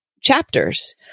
chapters